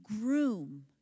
groom